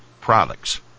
products